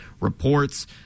reports